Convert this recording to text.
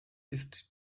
ist